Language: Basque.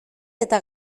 eta